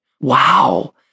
wow